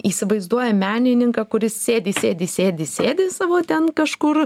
įsivaizduoja menininką kuris sėdi sėdi sėdi sėdi savo ten kažkur